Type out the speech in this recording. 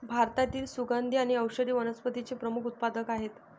भारतातील सुगंधी आणि औषधी वनस्पतींचे प्रमुख उत्पादक आहेत